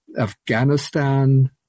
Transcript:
Afghanistan